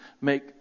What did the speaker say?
make